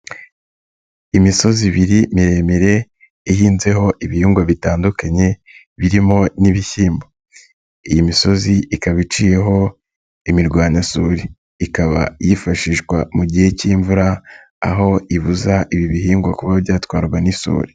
Imisozi ibiri miremire ihinzeho ibingwa bitandukanye birimo n'ibishyimbo. Iyi misozi ikaba iciyeho imirwanwanyasuri. Ikaba yifashishwa mu gihe k'imvura aho ibuza ibi bihingwa kuba byatwarwa n'isuri.